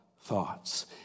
thoughts